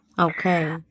Okay